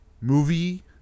movie